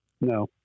No